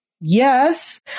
yes